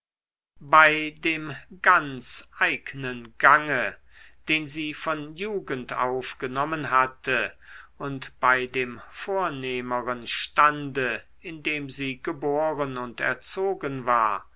bei dem ganz eignen gange den sie von jugend auf genommen hatte und bei dem vornehmeren stande in dem sie geboren und erzogen war